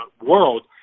world